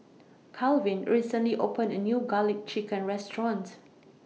Kalvin recently opened A New Garlic Chicken Restaurant